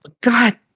God